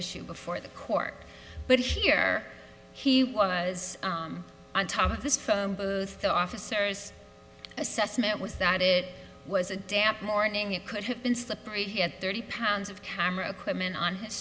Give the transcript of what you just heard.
issue before the court but here he was on top of this phone booth the officers assessment was that it was a damp morning it could have been slippery he had thirty pounds of camera equipment on his